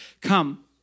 come